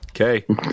okay